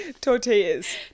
Tortillas